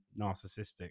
narcissistic